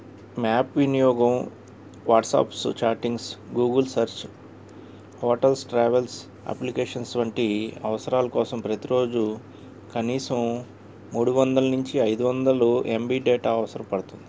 map వినియోగం WhatsApps chattings Google search hotels travels applications వంటి అవసరాల కోసం ప్రతిరోజు కనీసం మూడు వందల నుంచి ఐదు వందలు ఎం బి డేటా అవసర పడుతుంది